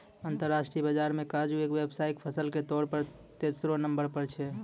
अंतरराष्ट्रीय बाजार मॅ काजू एक व्यावसायिक फसल के तौर पर तेसरो नंबर पर छै